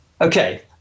Okay